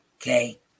Okay